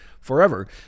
forever